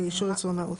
באישור ייצור נאות.